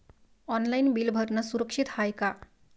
Online bill भरनं सुरक्षित हाय का?